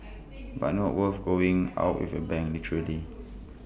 but not worth going out with A bang literally